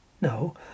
No